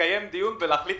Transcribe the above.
לקיים דיון ולהחליט החלטות.